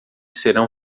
serão